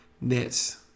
nets